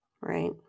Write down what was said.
right